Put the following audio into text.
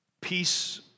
peace